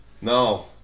no